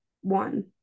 one